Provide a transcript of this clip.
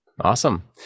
Awesome